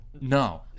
No